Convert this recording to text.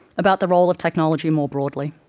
about the role of technology more broadly.